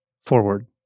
forward